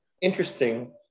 interesting